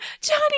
Johnny